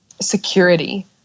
security